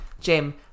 Jim